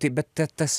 taip bet ta tas